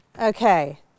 okay